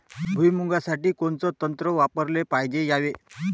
भुइमुगा साठी कोनचं तंत्र वापराले पायजे यावे?